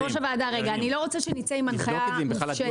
אני לא רוצה שנצא עם הנחיה מופשטת.